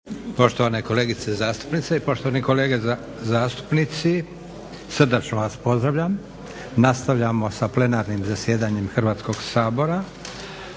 Poštovane kolegice zastupnice i poštovani kolege zastupnici srdačno vas pozdravljam. Nastavljamo sa plenarnim zasjedanjem Hrvatskog sabora